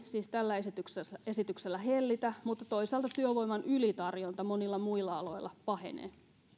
siis tällä esityksellä hellitä mutta toisaalta työvoiman ylitarjonta monilla muilla aloilla pahenee